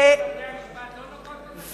וההחלטות של בתי-המשפט לא נוגעות לנשים?